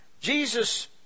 Jesus